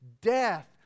Death